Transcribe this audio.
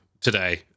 today